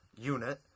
unit